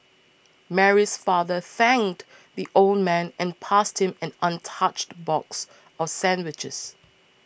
Mary's father thanked the old man and passed him an untouched box of sandwiches